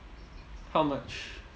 how much